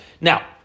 Now